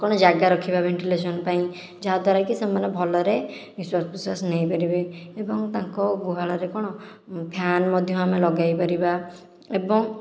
କଣ ଜାଗା ରଖିବା ଭେଣ୍ଟିଲେସନ ପାଇଁ ଯାହାଦ୍ଵାରା କି ସେମାନେ ଭଲରେ ନିଶ୍ଵାସ ପ୍ରଶ୍ଵାସ ନେଇପାରିବେ ଏବଂ ତାଙ୍କ ଗୁହାଳରେ କଣ ଫ୍ୟାନ୍ ମଧ୍ୟ ଆମେ ଲଗାଇ ପାରିବା ଏବଂ